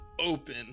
open